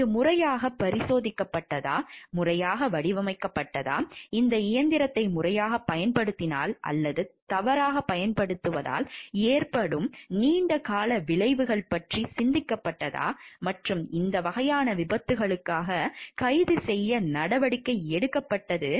இது முறையாகப் பரிசோதிக்கப்பட்டதா முறையாக வடிவமைக்கப்பட்டதா இந்த இயந்திரத்தை முறையாகப் பயன்படுத்தினால் அல்லது தவறாகப் பயன்படுத்துவதால் ஏற்படும் நீண்டகால விளைவுகள் பற்றி சிந்திக்கப்பட்டதா மற்றும் இந்த வகையான விபத்துக்களுக்காக கைது செய்ய நடவடிக்கை எடுக்கப்பட்டது